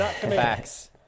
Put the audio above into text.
Facts